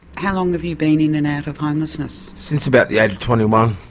how long have you been in and out of homelessness? since about the age of twenty one.